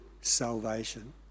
salvation